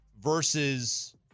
versus